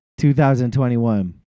2021